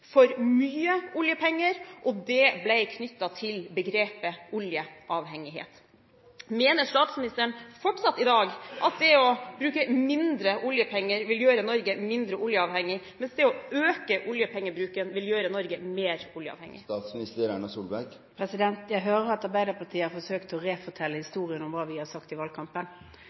for mye oljepenger, og det ble knyttet til begrepet «oljeavhengighet». Mener statsministeren fortsatt at det å bruke mindre oljepenger vil gjøre Norge mindre oljeavhengig, mens det å øke oljepengebruken vil gjøre Norge mer oljeavhengig? Jeg hører at Arbeiderpartiet har forsøkt å refortelle historien om hva vi har sagt i valgkampen.